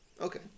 Okay